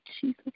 Jesus